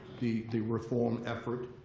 the the reform effort.